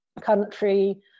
country